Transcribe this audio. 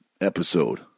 episode